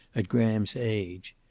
at graham's age.